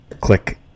click